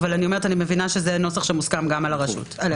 אבל אני מבינה שזה נוסח שמוסכם גם על הרשות.